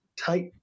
tight